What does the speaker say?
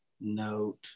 note